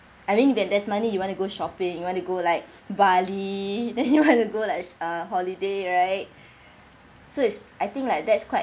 I mean when there's money you want to go shopping you want to go like bali then you want to go like uh holiday right so it's I think like that is quite